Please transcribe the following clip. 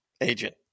agent